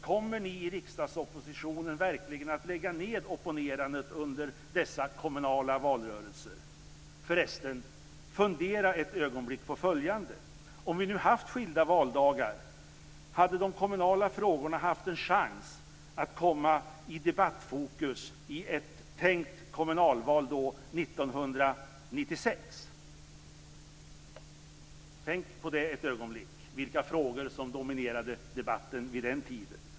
Kommer ni i riksdagsoppositionen verkligen att lägga ned opponerandet under dessa kommunala valrörelser? Förresten, fundera ett ögonblick på följande: Om vi nu haft skilda valdagar, hade de kommunala frågorna haft en chans att komma i debattfokus i ett tänkt kommunalval 1996? Tänk ett ögonblick på vilka frågor som dominerade debatten vid den tiden.